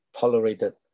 tolerated